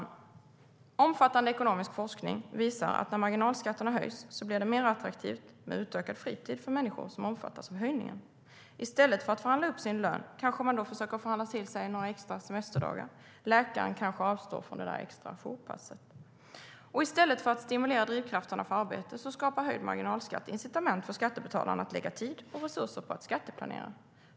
Omfattande ekonomisk forskning visar att när marginalskatterna höjs blir det mer attraktivt med utökad fritid för människor som omfattas av höjningen. I stället för att förhandla upp sin lön kanske man då försöker förhandla till sig några extra semesterdagar. Läkaren kanske avstår från det där extra jourpasset.I stället för att stimulera drivkrafterna för arbete skapar höjd marginalskatt incitament för skattebetalarna att lägga tid och resurser på att skatteplanera.